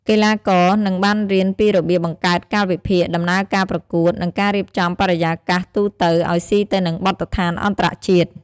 កីឡាករនឹងបានរៀនពីរបៀបបង្កើតកាលវិភាគ ដំណើរការប្រកួត និងការរៀបចំបរិយាកាសទូទៅឲ្យស៊ីទៅនឹងបទដ្ឋានអន្តរជាតិ។